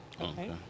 Okay